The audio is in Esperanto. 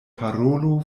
parolo